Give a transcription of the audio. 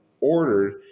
ordered